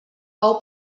pau